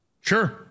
Sure